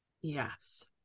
Yes